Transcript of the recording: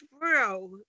bro